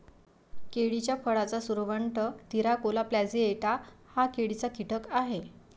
केळीच्या फळाचा सुरवंट, तिराकोला प्लॅजिएटा हा केळीचा कीटक आहे